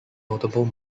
notable